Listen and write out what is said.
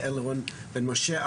יעל רון בן משה,